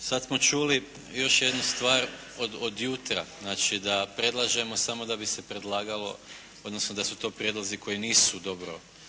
Sad smo čuli još jednu stvar od jutra. Znači, da predlažemo samo da bi se predlagalo, odnosno da su to prijedlozi koji nisu dobro odvagani,